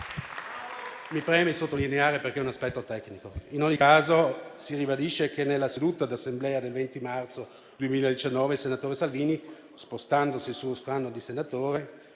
mi preme sottolinearlo perché è un aspetto tecnico, si ribadisce che, nella seduta dell'Assemblea del 20 marzo 2019 il senatore Salvini, spostandosi sullo scranno di senatore,